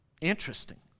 interesting